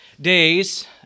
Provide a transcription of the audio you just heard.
days